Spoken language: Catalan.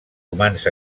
humans